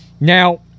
Now